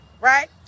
right